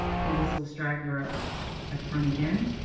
pull this little straggler up at the front again.